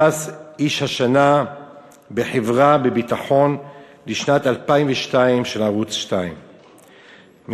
פרס איש השנה בחברה ובביטחון לשנת 2002 של ערוץ 2. הוא